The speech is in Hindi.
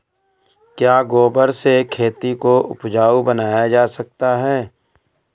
क्या गोबर से खेती को उपजाउ बनाया जा सकता है?